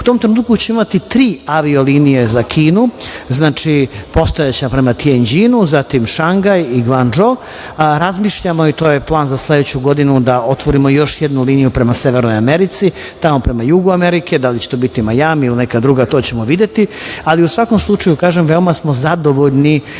U tom trenutku ćemo imati tri avio linije za Kinu. Znači, postojeća prema Tjenđinu, Šangaj i Gvandžo. Razmišljamo, i to je plan za sledeću godinu, da otvorimo još jednu liniju prema Severnoj Americi, tamo prema jugu Amerike, da li će to biti Majami ili neka druga, to ćemo videti. U svakom slučaju, kažem, veoma smo zadovoljni kako